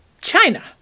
China